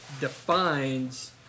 defines